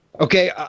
Okay